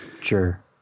Sure